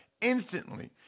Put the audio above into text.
instantly